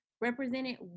represented